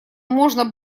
можно